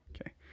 okay